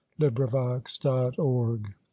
librivox.org